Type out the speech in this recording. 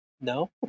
no